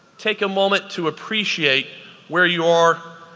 take a moment to appreciate where you are